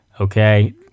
Okay